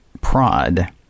prod